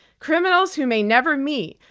criminals who may never meet,